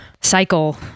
cycle